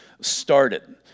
started